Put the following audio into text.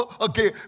again